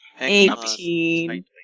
Eighteen